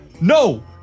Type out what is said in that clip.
No